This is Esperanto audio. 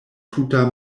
tuta